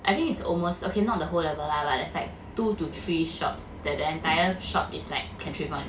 I think it's almost okay not the whole level lah but it's like two to three shops that the entire shop is like thrift [one]